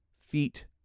feet